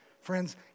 Friends